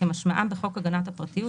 כמשמעם בחוק הגנת הפרטיות,